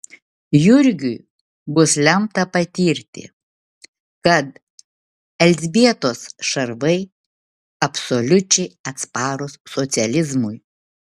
jurgiui bus lemta patirti kad elzbietos šarvai absoliučiai atsparūs socializmui